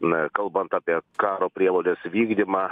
na kalbant apie karo prievolės vykdymą